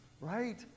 right